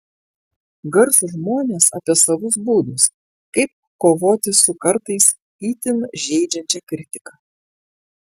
garsūs žmonės apie savus būdus kaip kovoti su kartais itin žeidžiančia kritika